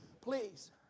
Please